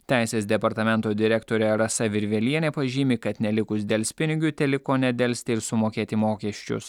teisės departamento direktorė rasa virvelienė pažymi kad nelikus delspinigių teliko nedelsti ir sumokėti mokesčius